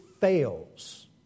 fails